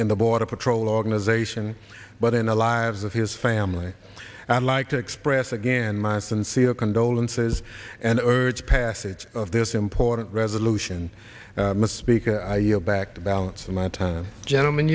in the border patrol organization but in the lives of his family i'd like to express again my sincere condolences and urge passage of this important resolution mr speaker i yield back the balance of my time gentleman